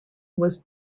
was